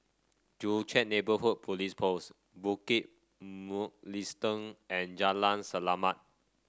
Joo Chiat Neighbourhood Police Post Bukit Mugliston and Jalan Selamat